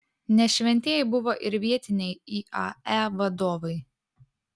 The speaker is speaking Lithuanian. ne šventieji buvo ir vietiniai iae vadovai